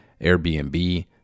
Airbnb